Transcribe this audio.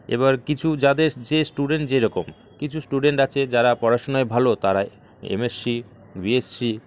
এবার কিছু যাদের যে স্টুডেন্ট যেরকম কিছ স্টুডেন্ট আছে যারা পড়াশুনায় ভালো তারা এমএসসি বিএসসি